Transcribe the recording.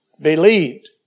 Believed